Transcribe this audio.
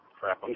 crap